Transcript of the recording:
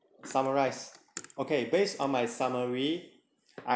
summarize okay based on my summary I